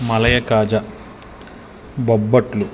malai kaja బొబ్బట్లు